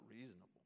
reasonable